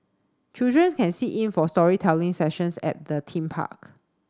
children can sit in for storytelling sessions at the theme park